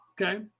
Okay